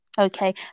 Okay